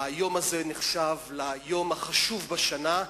היום הזה נחשב ליום החשוב בשנה.